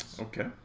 Okay